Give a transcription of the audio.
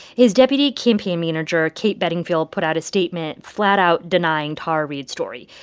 his deputy campaign manager, kate bedingfield, put out a statement flat out denying tara reade's story.